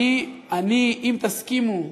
אם תסכימו,